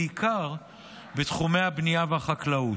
בעיקר בתחומי הבנייה והחקלאות.